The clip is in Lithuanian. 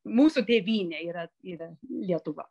mūsų tėvynė yra yra lietuva